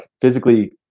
physically